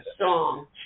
song